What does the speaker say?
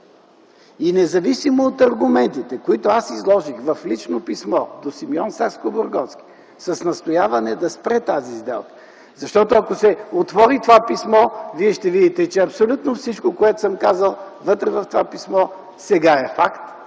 И независимо от аргументите, които аз изложих в лично писмо до Симеон Сакскобургготски с настояване да спре тази сделка (ако се отвори това писмо, Вие ще видите, че абсолютно всичко, което съм казал вътре в това писмо, сега е факт,